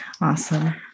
Awesome